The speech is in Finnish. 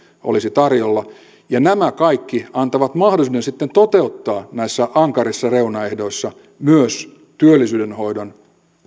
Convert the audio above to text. olisi tarjolla ja nämä kaikki antavat mahdollisuuden sitten toteuttaa näissä ankarissa reunaehdoissa myös työllisyyden hoidon